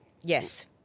Yes